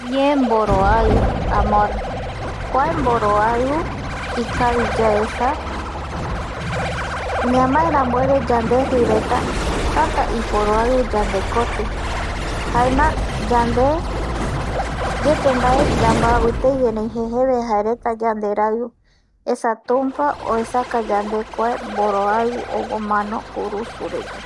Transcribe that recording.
Ñe mboroaɨu amor kuae mboroaɨu ikavi yaesa ñamae rambueve yandejɨ reta täta iporoaɨu yande kotɨ jaema yande yepe mbae yambavɨ tei erei jejeve jaereta yanderaɨu esa tumpa oesaka yande kuae mboroaɨu ou omano kurusure yae